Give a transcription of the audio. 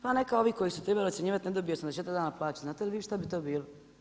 Pa neka ovi koji su trebali ocjenjivati ne dobivaju 84 dana plaću, znate li vi što bi to bilo?